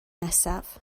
nesaf